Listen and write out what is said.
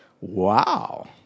Wow